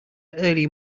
early